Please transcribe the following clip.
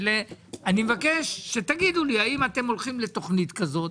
אני מבקש שתגידו לי האם אתם הולכים לתכנית כזאת?